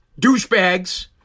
douchebags